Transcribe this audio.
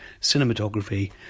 cinematography